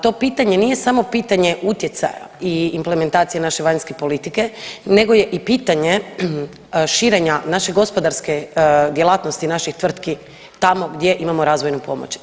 To pitanje nije samo pitanje utjecaja i implementacije naše vanjske politike nego je i pitanje širenja naše gospodarske djelatnosti, naših tvrtki tamo gdje imamo razvojnu pomoć.